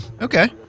Okay